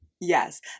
yes